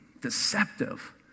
deceptive